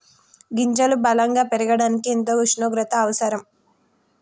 గింజలు బలం గా పెరగడానికి ఎంత ఉష్ణోగ్రత అవసరం?